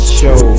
show